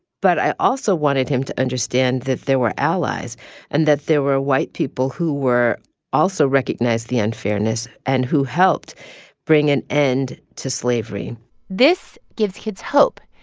but i also wanted him to understand that there were allies and that there were white people who were also recognized the unfairness and who helped bring an end to slavery this gives kids hope.